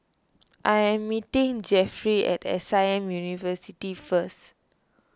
I am meeting Jefferey at S I M University first